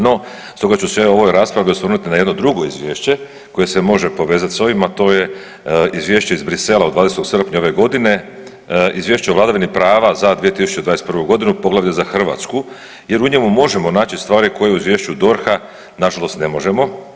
No, stoga ću se ja u ovoj raspravi osvrnuti na jedno drugo izvješće koje se može povezati s ovim a to je izvješće iz Brisela od 20. srpnja ove godine, izvješće o vladavini prava za 2021. godinu, poglavlje za Hrvatsku jer u njemu možemo naći stvari koje u izvješću DORHA nažalost ne možemo.